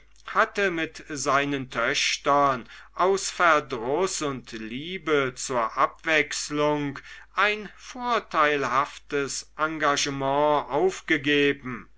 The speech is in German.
hatte mit seinen töchtern aus verdruß und liebe zur abwechslung ein vorteilhaftes engagement aufgegeben